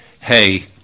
hey